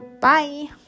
Bye